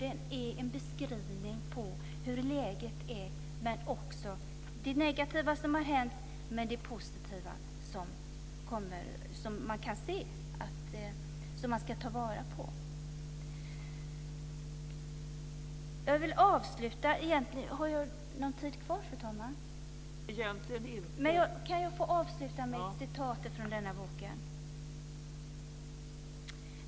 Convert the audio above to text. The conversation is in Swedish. Den är en beskrivning av hur läget är, av det negativa som har hänt, men också av det positiva som man ska ta vara på. Jag vill avsluta med ett citat ur denna bok.